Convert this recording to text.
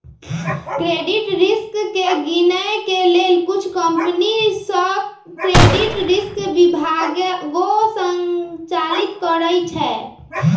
credit risk के गिनए के लेल कुछ कंपनि सऽ क्रेडिट रिस्क विभागो संचालित करइ छै